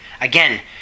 Again